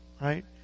right